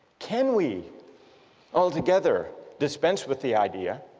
can we altogether dispense with the idea